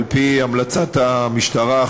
על-פי המלצת המשטרה,